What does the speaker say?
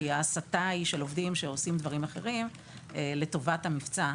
כי ההסטה היא של עובדים שעושים דברים אחרים לטובת המבצע.